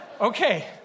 Okay